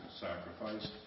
sacrifice